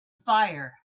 fire